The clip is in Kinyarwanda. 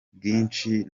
bwinshi